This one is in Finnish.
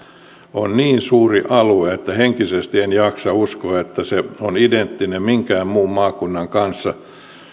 on henkisesti niin suuri alue että en jaksa uskoa että se on identtinen minkään muun maakunnan kanssa